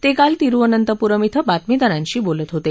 ते काल तिरुअनंतपूरम बें बातमीदारांशी बोलत होते